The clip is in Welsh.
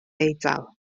eidal